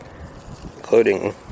including